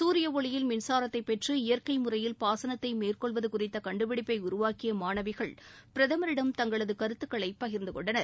சூரிய ஒளியில் மின்சாரத்தை பெற்று இயற்கை முறையில் பாசனத்தை மேற்கொள்வது குறித்த கண்டுபிடிப்பை உருவாக்கிய மாணவிகள் பிரதமரிடம் தங்களது கருத்துக்களை பகிர்ந்துகொண்டனர்